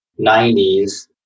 90s